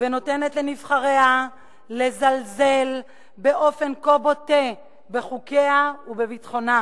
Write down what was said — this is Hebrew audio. ונותנת לנבחריה לזלזל באופן כה בוטה בחוקיה ובביטחונה.